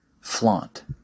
flaunt